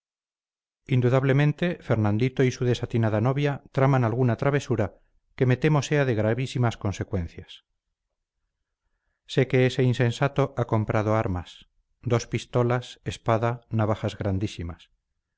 indudablemente fernandito y su desatinada novia traman alguna travesura que me temo sea de gravísimas consecuencias sé que ese insensato ha comprado armas dos pistolas espada navajas grandísimas